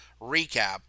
recap